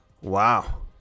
Wow